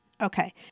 Okay